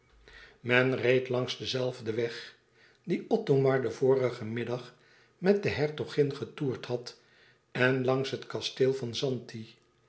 men reed langs den zelfden weg dien othomar den vorigen middag met de hertogin getoerd had en langs het kasteel van zanti